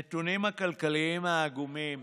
הנתונים הכלכליים העגומים